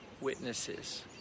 witnesses